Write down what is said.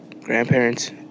grandparents